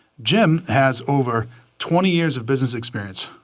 jim has over twenty years of business experience.